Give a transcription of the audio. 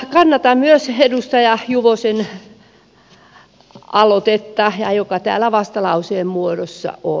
kannatan myös edustaja juvosen aloitetta joka täällä vastalauseen muodossa on